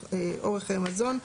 אורך חיי מזון.